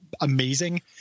amazing